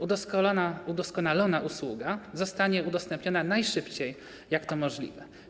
Udoskonalona usługa zostanie udostępniona najszybciej, jak to możliwe.